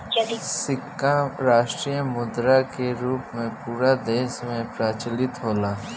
सिक्का राष्ट्रीय मुद्रा के रूप में पूरा देश में प्रचलित होला